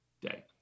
day